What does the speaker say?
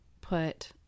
put